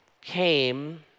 came